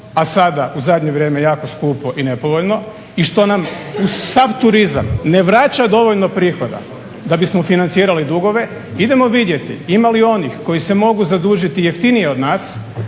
a sada u zadnje vrijeme jako skupo i nepovoljno i što nam uz sav turizam ne vraća dovoljno prihoda da bismo financirali dugove idemo vidjeti ima li onih koji se mogu zadužiti jeftinije od nas,